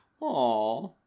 aw